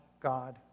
God